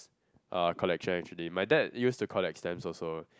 a collection actually my dad used to collect stamp also